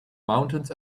mountains